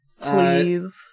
Please